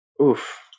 Oof